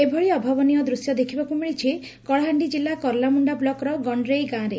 ଏଭଳି ଅଭାବନୀୟ ଦୂଶ୍ୟ ଦେଖିବାକୁ ମିଳିଛି କଳାହାଣ୍ଡି କିଲ୍ଲ କର୍ଲାମୁଣ୍ଡା ବ୍ଲକର ଗାଁରେ